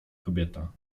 kobieta